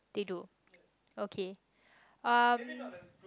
they do okay um